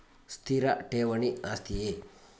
ಸ್ಥಿರ ಠೇವಣಿ ಆಸ್ತಿಯೇ?